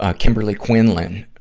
ah kimberly quinlan,